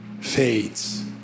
fades